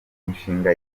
imishinga